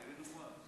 באזרחות?